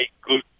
good